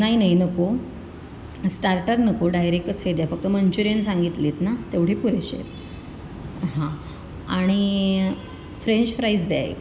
नाही नाही नको स्टार्टर नको डायरेकच हे द्या फक्त मंच्युरियन सांगितले आहेत ना तेवढे पुरेशे आहेत हां आणि फ्रेंच फ्राईज द्या एक